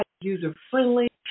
user-friendly